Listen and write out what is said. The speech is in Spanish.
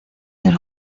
del